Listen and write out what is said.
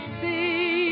see